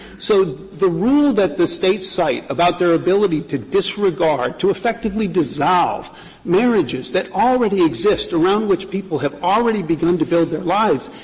so the rule that the states cite about their ability to disregard, to effectively dissolve marriages that already exist, around which people have already begun to build their lives,